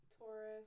Taurus